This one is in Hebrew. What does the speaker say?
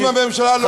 אם הממשלה לא,